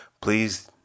Please